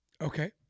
Okay